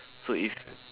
so if